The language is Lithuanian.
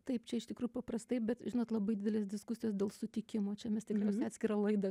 taip čia iš tikrųjų paprastai bet žinot labai didelės diskusijos dėl sutikimo čia mes tikriausiai atskirą laidą